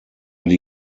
die